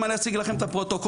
אם אני אשיג לכם את הפרוטוקול,